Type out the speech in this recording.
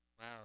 Wow